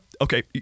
okay